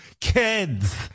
Kids